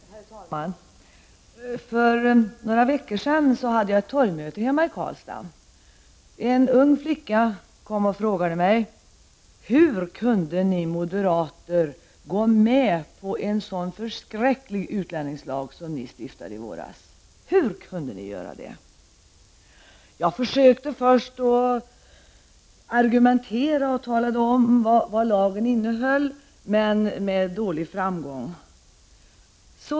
Herr talman! För några veckor sedan höll jag ett torgmöte hemma i Karlstad. En ung flicka kom då och frågade mig hur vi moderater kunde gå med på en sådan förskräcklig utlänningslag som vi var med om att stifta i våras. Jag försökte först att argumentera och talade om vad lagen innehöll, men med dålig framgång.